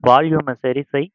வால்யூமை சரிசெய்